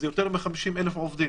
זה יותר מ-50,000 עובדים.